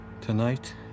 Tonight